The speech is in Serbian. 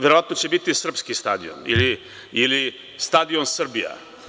Verovatno će to biti srpski stadion ili stadion „Srbija“